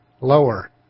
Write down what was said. lower